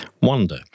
Wonder